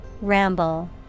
Ramble